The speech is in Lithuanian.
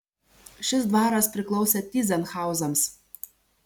šis dvaras priklausė tyzenhauzams